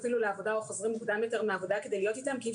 לעבודה או חוזרים מוקדם יותר מהעבודה כדי להיות אתם כי אי